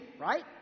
right